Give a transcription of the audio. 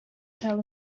tell